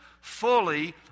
fully